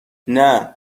نه، از